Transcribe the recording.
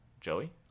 Joey